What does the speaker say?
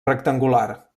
rectangular